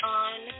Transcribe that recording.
on